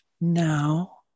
now